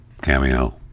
Cameo